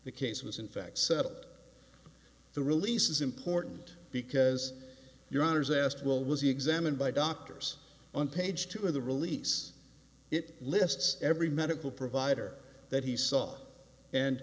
the case was in fact settled the release is important because your honour's asked will was examined by doctors on page two of the release it lists every medical provider that he saw and